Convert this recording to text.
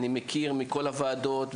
אני מכיר מכל הוועדות,